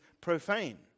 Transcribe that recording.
profane